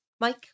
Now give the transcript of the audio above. Mike